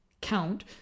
count